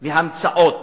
וההמצאות